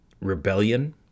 rebellion